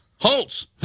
Holtz